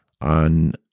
on